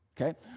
Okay